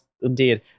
Indeed